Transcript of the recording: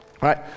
right